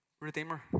Redeemer